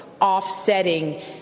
offsetting